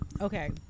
Okay